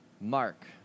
Mark